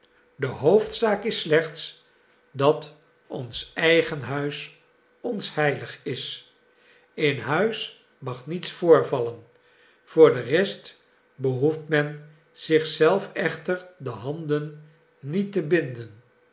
de hoofdzaak is slechts dat ons eigen huis ons heilig is in huis mag niets voorvallen voor de rest behoeft men zich zelf echter de handen niet te binden